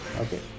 Okay